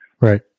Right